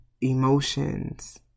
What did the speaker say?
emotions